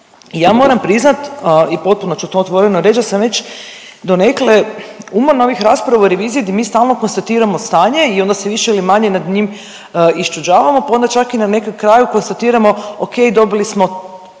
ja moram priznat i potpuno ću to otvoreno reći da sam već donekle umorna od ovih rasprava o reviziji gdje mi stalno konstatiramo stanje i onda se više ili manje nad njim iščuđavamo pa onda čak onda i na nekom kraju konstatiramo ok dobili smo